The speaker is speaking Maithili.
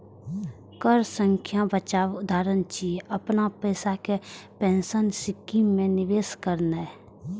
कर सं बचावक उदाहरण छियै, अपन पैसा कें पेंशन स्कीम मे निवेश करनाय